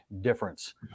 difference